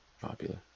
popular